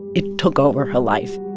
it took over her life